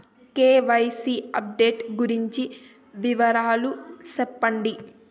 KYC update గురించి వివరాలు సెప్పండి?